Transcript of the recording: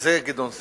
זה גדעון סער.